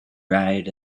right